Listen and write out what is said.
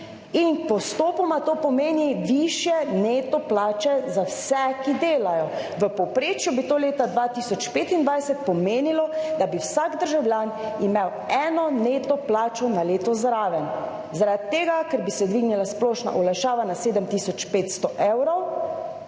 Postopoma – to pomeni višje neto plače za vse, ki delajo. V povprečju bi to leta 2025 pomenilo, da bi vsak državljan imel eno neto plačo na leto zraven, zaradi tega ker bi se dvignila splošna olajšava na 7 tisoč